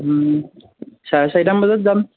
চাৰে চাৰিটামান বজাত যাম